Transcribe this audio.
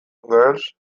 girls